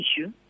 issue